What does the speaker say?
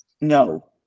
no